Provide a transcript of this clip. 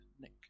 Nick